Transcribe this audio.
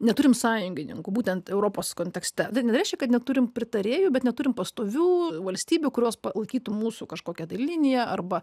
neturime sąjungininkų būtent europos kontekste tai nereiškia kad neturime pritarėjų bet neturime pastovių valstybių kurios palaikytų mūsų kažkokią liniją arba